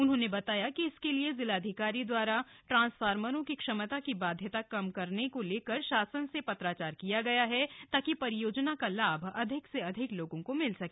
उन्होंने बताया कि इसके लिए जिलाधिकारी द्वारा टांसफार्मरों की क्षमता की बाध्यता कम करने को लेकर शासन से पत्राचार किया गया है ताकि परियोजना का लाभ अधिक से अधिक लोगों को मिल सके